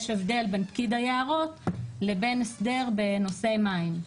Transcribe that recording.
יש הבדל בין פקיד היערות לבין הסדר בנושא מים.